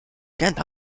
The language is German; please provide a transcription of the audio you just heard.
gent